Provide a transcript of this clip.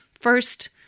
first